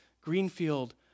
Greenfield